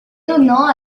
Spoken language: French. donnant